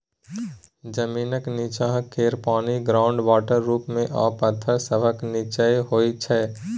जमीनक नींच्चाँ केर पानि ग्राउंड वाटर रुप मे आ पाथर सभक नींच्चाँ होइ छै